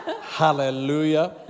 Hallelujah